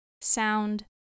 sound